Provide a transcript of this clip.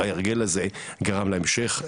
אולי ההרגל הזה גרם להמשך?